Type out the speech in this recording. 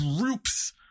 group's